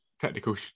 technical